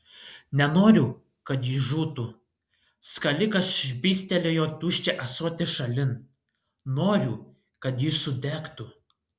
nenoriu kad jis žūtų skalikas švystelėjo tuščią ąsotį šalin noriu kad jis sudegtų